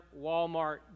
Walmart